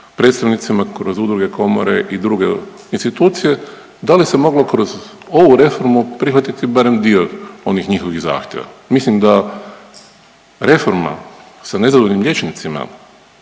predstavnicima kroz udruge komore i druge institucije da li se moglo kroz ovu reformu prihvatiti barem dio onih njihovih zahtjeva. Mislim da reforma sa nezadovoljnim liječnicima,